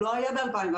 הוא לא היה ב-2014.